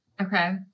Okay